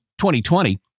2020